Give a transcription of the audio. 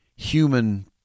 human